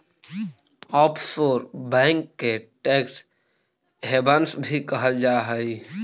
offshore bank के tax havens भी कहल जा हइ